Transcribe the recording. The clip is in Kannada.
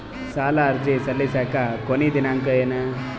ಸಾಲ ಅರ್ಜಿ ಸಲ್ಲಿಸಲಿಕ ಕೊನಿ ದಿನಾಂಕ ಏನು?